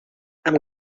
amb